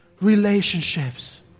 Relationships